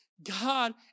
God